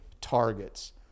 targets